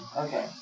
Okay